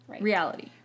Reality